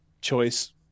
choice